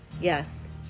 yes